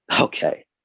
Okay